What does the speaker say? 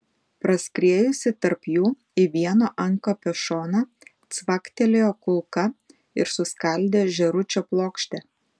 praskriejusi tarp jų į vieno antkapio šoną cvaktelėjo kulka ir suskaldė žėručio plokštę